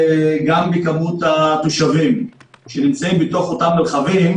גם בכמות התושבים שנמצאים בתוך אותם מרחבים,